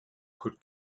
could